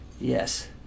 yes